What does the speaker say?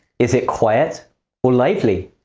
is it quiet or lively?